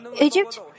Egypt